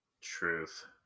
Truth